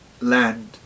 land